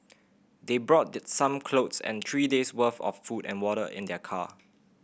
they brought the some clothes and three days worth of food and water in their car